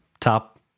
Top